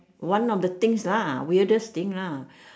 one of the things lah weirdest thing lah